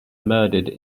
murdered